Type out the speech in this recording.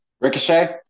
Ricochet